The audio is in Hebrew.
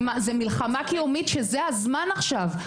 זה מלחמה קיומית שזה הזמן עכשיו.